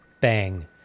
bang